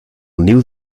niu